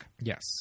Yes